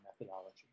methodology